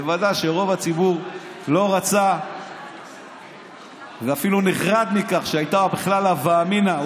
בוודאי שרוב הציבור לא רצה ואפילו נחרד מכך שהייתה בכלל הווה אמינא,